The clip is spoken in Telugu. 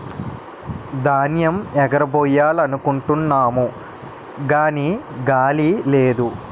ధాన్యేమ్ ఎగరబొయ్యాలనుకుంటున్నాము గాని గాలి లేదు